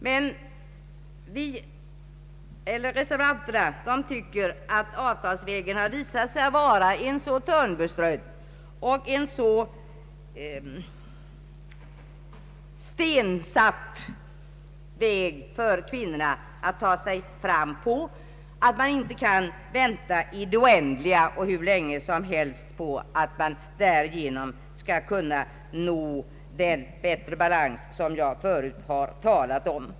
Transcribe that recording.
Men reservanterna tycker att avtalsvägen har visat sig vara en så törnbeströdd och en så stenig väg för kvinnorna att ta sig fram på, att man inte kan vänta hur länge som helst på att den vägen nå en sådan bättre balans som jag förut har talat om.